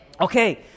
Okay